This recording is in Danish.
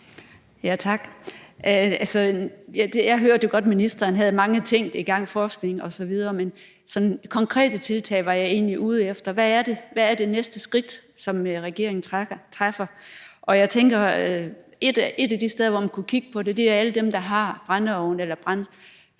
Tak. Jeg hørte godt, at ministeren havde mange ting i gang, nemlig forskning osv. Men konkrete tiltag var jeg egentlig ude efter. Hvad er det næste skridt, som regeringen kommer med? Og jeg tænker, at et af de steder, man kunne kigge på, er alle dem, der har brændeovne eller pejse